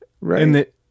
Right